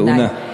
תאונה.